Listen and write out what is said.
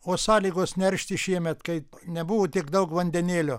o sąlygos neršti šiemet kai nebuvo tiek daug vandenėlio